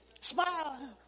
Smile